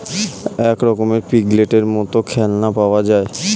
এক রকমের পিগলেটের মত খেলনা পাওয়া যায়